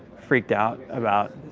freaked out about,